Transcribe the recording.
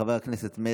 חבר הכנסת ינון.